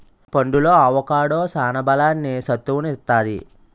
పండులో అవొకాడో సాన బలాన్ని, సత్తువును ఇత్తది